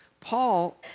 Paul